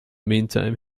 meantime